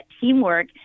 teamwork